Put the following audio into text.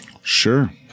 Sure